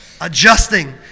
adjusting